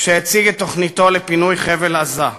כשהציג את תוכניתו לפינוי חבל-עזה.